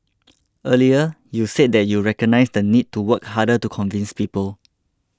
earlier you said that you recognise the need to work harder to convince people